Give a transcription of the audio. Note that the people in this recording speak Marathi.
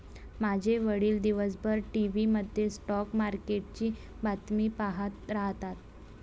माझे वडील दिवसभर टीव्ही मध्ये स्टॉक मार्केटची बातमी पाहत राहतात